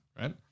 right